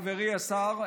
חברי השר,